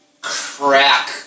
crack